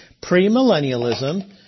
pre-millennialism